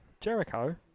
Jericho